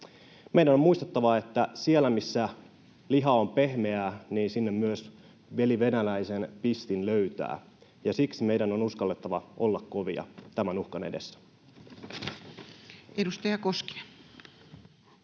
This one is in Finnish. Meidän on muistettava, että sinne, missä liha on pehmeää, myös veli venäläisen pistin löytää, ja siksi meidän on uskallettava olla kovia tämän uhkan edessä. Edustaja Koskinen.